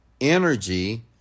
energy